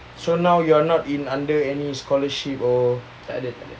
so now you're not in under any scholarship or